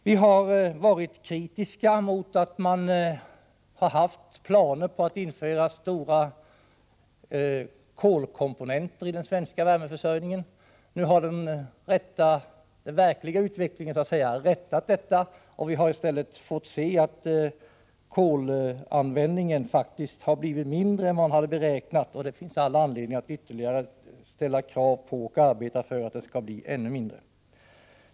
Vi har varit kritiska mot att man har haft planer på att införa stora kolkomponenter i den svenska värmeförsörjningen. Nu har utvecklingen rättat detta, och vi har fått se att kolanvändningen faktiskt har blivit mindre än vad man hade beräknat. Det finns all anledning att ställa krav på — och arbeta för — att den skall bli ännu mindre.